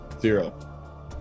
Zero